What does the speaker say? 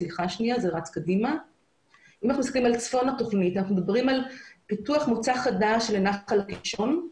אנחנו מדברים על פיתוח מוצא חדש לנחל הקישון.